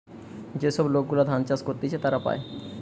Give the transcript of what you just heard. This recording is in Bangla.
যে সব লোক গুলা ধান চাষ করতিছে তারা পায়